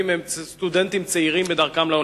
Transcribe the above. גם אם הם סטודנטים צעירים בדרכם לאוניברסיטה.